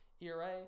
ERA